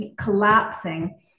collapsing